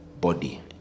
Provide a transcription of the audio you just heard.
body